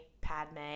padme